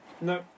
no